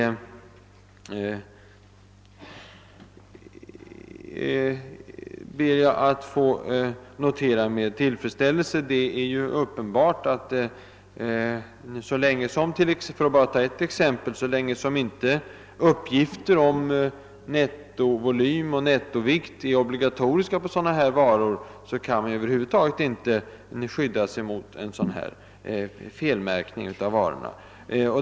Det ber jag att få notera med tillfredsställelse. Det är uppenbart att — för att endast ta ett exempel — så länge som uppgifter om nettovolym och nettovikt inte är obligatoriska på sådana varor, kan man inte skydda sig mot en felmärkning av varorna.